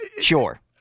sure